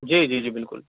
جی جی جی بالکل